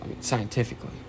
scientifically